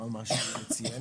עם מה שהוא ציין,